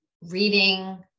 reading